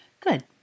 Good